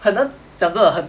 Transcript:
很难讲真的很